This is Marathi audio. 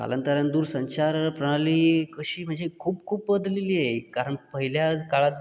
कालांतरानं दूरसंचार प्रणाली कशी म्हणजे खूप खूप बदललेली आहे कारण पहिल्या काळात जर